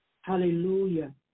Hallelujah